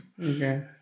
Okay